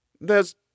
There's